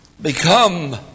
Become